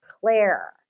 Claire